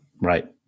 Right